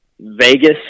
Vegas